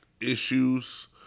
issues